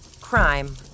Crime